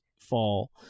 fall